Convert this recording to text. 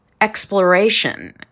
exploration